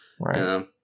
right